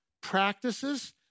practices